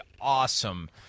awesome